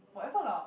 whatever lah